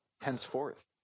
Henceforth